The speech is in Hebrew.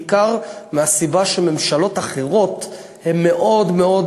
בעיקר מהסיבה שממשלות אחרות הן מאוד מאוד